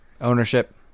Ownership